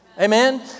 Amen